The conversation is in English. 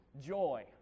joy